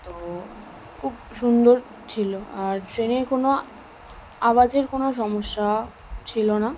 তো খুব সুন্দর ছিলো আর ট্রেনের কোনো আওয়াজের কোনো সমস্যা ছিলো না